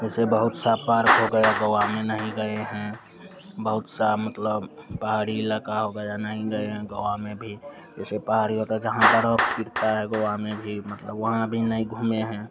जैसे बहुत से पार्क हो गया गोआ में नहीं गए हैं बहुत सा मतलब पहाड़ी इलाक़ा हो गया नहीं गए हैं गोआ में भी जैसे पहाड़ी होता है जहाँ बर्फ गिरता है गोआ में भी मतलब वहाँ भी नहीं घूमे हैं